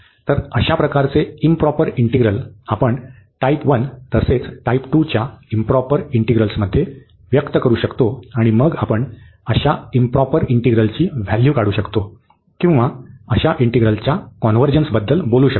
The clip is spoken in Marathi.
तर अशा प्रकारचे इंप्रॉपर इंटिग्रल आपण टाइप 1 तसेच टाइप 2 च्या इंप्रॉपर इंटिग्रलमध्ये व्यक्त करू शकतो आणि मग आपण अशा इंप्रॉपर इंटिग्रलची व्हॅल्यू काढू शकतो किंवा अशा इंटिग्रलच्या कॉन्व्हर्जन्सबद्दल बोलू शकतो